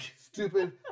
stupid